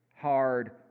hard